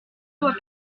dois